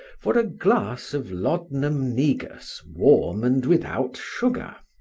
for a glass of laudanum negus, warm, and without sugar.